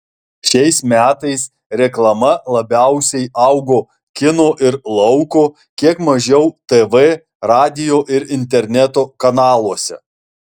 šiais metais reklama labiausiai augo kino ir lauko kiek mažiau tv radijo ir interneto kanaluose